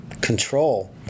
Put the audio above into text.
control